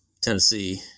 Tennessee